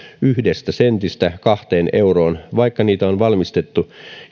yhdestä sentistä kahteen euroon vaikka niitä on valmistettu